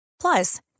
Plus